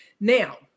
Now